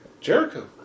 Jericho